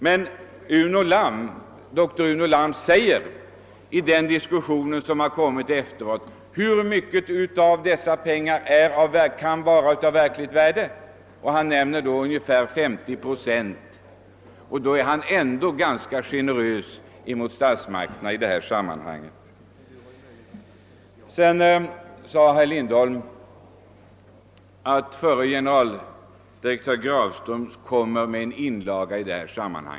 Men doktor Uno Lamm säger i den diskussion som efteråt har förts: Hur mycket av dessa pengar kan ha gett resultat av verkligt värde? Han svarar själv att det är ungefär 50 procent, och då är han ändå ganska generös mot statsmakterna. Herr Lindholm sade att förre generaldirektören Grafström skall publicera en inlaga i denna fråga.